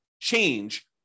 change